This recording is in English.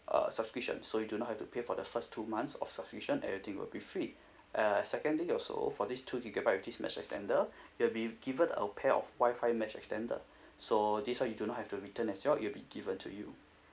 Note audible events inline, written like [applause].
uh subscription so you do not have to pay for the first two months of subscription everything will be free [breath] uh secondly also for these two gigabyte with this mesh extender [breath] you will be given a pair of WI-FI mesh extender [breath] so this one you do not have to return as well it'll be given to you